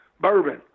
bourbon